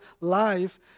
life